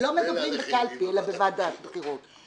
לא מדברים בקלפי, אלא בוועדת בחירות.